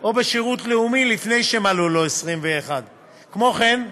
או בשירות לאומי לפני שמלאו לו 21. כמו כן,